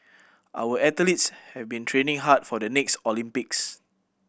our athletes have been training hard for the next Olympics